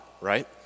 right